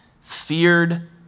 feared